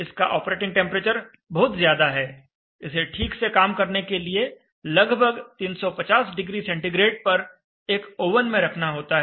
इसका operating temperature बहुत ज्यादा है इसे ठीक से काम करने के लिए लगभग 350o C पर एक ओवन में रखना होता है